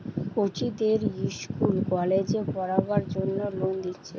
কচিদের ইস্কুল কলেজে পোড়বার জন্যে লোন দিচ্ছে